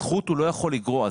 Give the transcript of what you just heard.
זכות הוא לא יכול לגרוע,